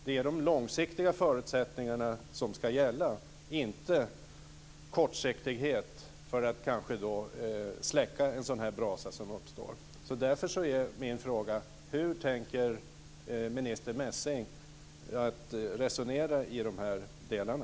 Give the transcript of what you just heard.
Det är de långsiktiga förutsättningarna som ska gälla inte kortsiktighet för att kanske släcka en brasa som uppstår. Hur resonerar minister Messing i de delarna?